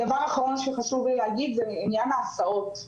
דבר אחרון שחשוב לי להגיד זה עניין ההסעות.